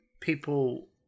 people